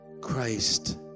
Christ